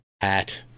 hat